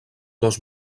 dos